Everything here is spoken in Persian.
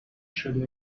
شده